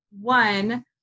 one